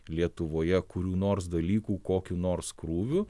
lietuvoje kurių nors dalykų kokiu nors krūviu